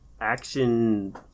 action